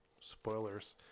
Spoilers